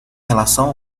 relação